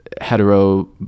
hetero